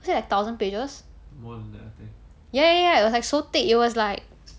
is it like thousand pages ya ya ya it was like so thick it was like